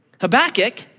Habakkuk